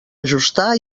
ajustar